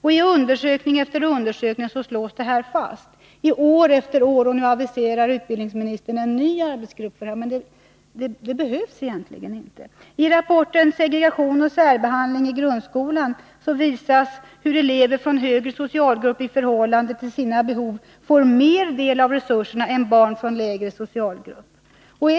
I undersökning efter undersökning slås detta fast. Nu aviserar utbildningsministern en ny arbetsgrupp — men en sådan behövs egentligen inte. I rapporten Segregation och särbehandling i grundskolan visas hur elever från högre socialgrupp i förhållande till sina behov får större andel av resurserna än barn från lägre socialgrupp.